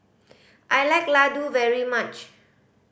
I like laddu very much